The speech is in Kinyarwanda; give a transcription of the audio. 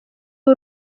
ubu